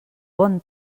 bon